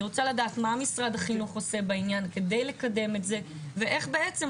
אני רוצה לדעת מה משרד החינוך עושה בעניין כדי לקדם את זה ואיך אנחנו